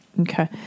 Okay